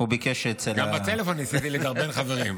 גם בטלפון ניסיתי לדרבן חברים.